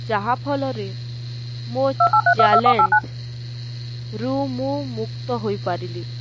ଯାହାଫଳରେ ମୋ ଚ୍ୟାଲେଞ୍ଜରୁ ମୁଁ ମୁକ୍ତ ହୋଇପାରିଲି